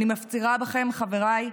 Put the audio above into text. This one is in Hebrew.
אני מפצירה בכם, חבריי,